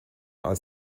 als